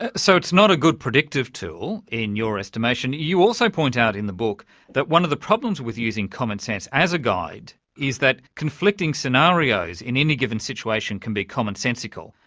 and so it's not a good predictive tool in your estimation. you also point out in the book that one of the problems with using common sense as a guide is that conflicting scenarios in any given situation can be commonsensical,